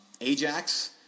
Ajax